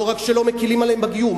לא רק שלא מקלים עליהם בגיור,